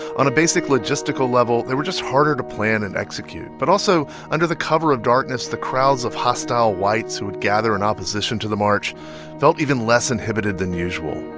on a basic logistical level, they were just harder to plan and execute. but also, under the cover of darkness, the crowds of hostile whites who would gather in and opposition to the march felt even less inhibited than usual,